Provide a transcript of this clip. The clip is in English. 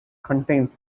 contains